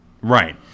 Right